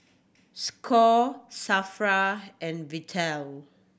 score SAFRA and Vital